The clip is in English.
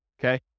okay